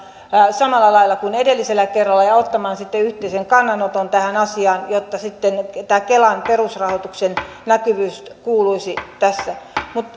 samalla lailla kuin edellisellä kerralla ja ottamaan sitten yhteisen kannanoton tähän asiaan jotta sitten tämä kelan perusrahoituksen riittävyys kuuluisi tässä